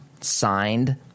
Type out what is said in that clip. signed